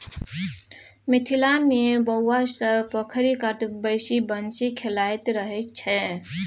मिथिला मे बौआ सब पोखरि कात बैसि बंसी खेलाइत रहय छै